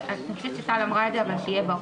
זה, אבל שיהיה ברור.